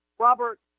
Robert